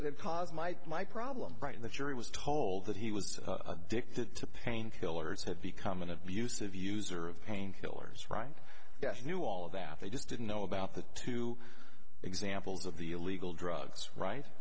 caused my my problem right in the jury was told that he was addicted to painkillers have become an abusive user of painkillers right yes knew all of that they just didn't know about the two examples of the illegal drugs right